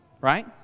right